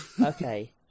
okay